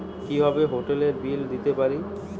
কিভাবে হোটেলের বিল দিতে পারি?